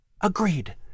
Agreed